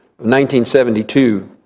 1972